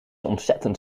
ontzettend